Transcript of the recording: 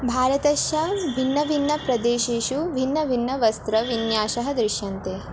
भारतस्य भिन्न भिन्न प्रदेशेषु भिन्न भिन्न वस्त्रविन्यासाः दृश्यन्ते